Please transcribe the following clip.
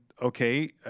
Okay